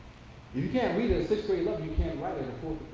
you can't read at a sixth-grade level, you can't write at a fourth